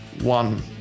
one